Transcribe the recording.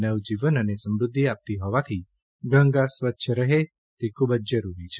નવજીવન અને સમૃધ્ધિ આપતી હોવાથી ગંગા સ્વચ્છ રહે તે ખૂબ જ જરૂરી છે